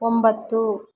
ಒಂಬತ್ತು